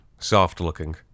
soft-looking